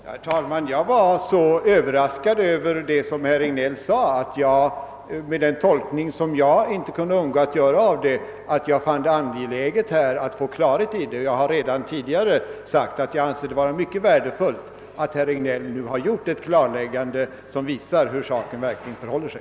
Herr talman! Jag var så överraskad över vad herr Regnéll sade med den tolkning jag inte kunde undgå att göra av det, att jag fann det angeläget att få klarhet i detta hänseende. Jag har redan tidigare sagt att jag anser att det var mycket värdefullt att herr Regnéll nu gjort ett klarläggande som visar hur saken verkligen förhåller sig.